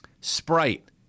Sprite